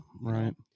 Right